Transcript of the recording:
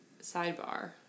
Sidebar